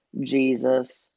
Jesus